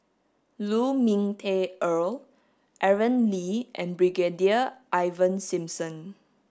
Lu Ming Teh Earl Aaron Lee and Brigadier Ivan Simson